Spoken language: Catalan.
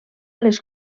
les